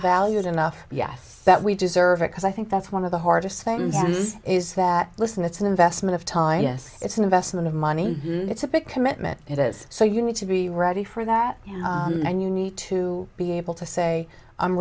valued enough yes that we deserve it because i think that's one of the hardest things is that listen it's an investment of time yes it's an investment of money it's a big commitment it is so you need to be ready for that and you need to be able to say i'm